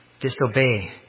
disobey